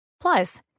Plus